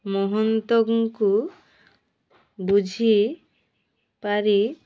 ମହନ୍ତଙ୍କୁ ବୁଝି ପାରି